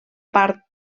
part